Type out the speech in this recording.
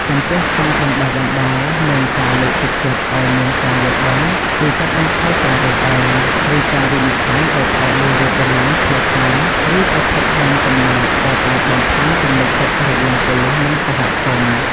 ចំពោះការបណ្តុះបណ្តាល និងការលើកទឹកចិត្តឱ្យមានការយល់ដឹង ជួយកាត់បន្ថយការរើសអើង ឬការវិនិច្ឆ័យដោយផ្អែកលើរូបរាង ភាសា ឬប្រភពដើមកំណើត ដែលអាចបំផ្លាញទំនុកចិត្តរវាងប៉ូលិស និងសហគមន៍។